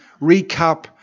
recap